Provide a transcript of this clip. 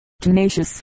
tenacious